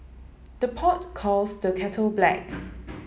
the pot calls the kettle black